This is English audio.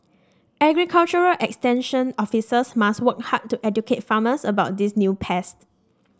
agriculture extension officers must work hard to educate farmers about these new pests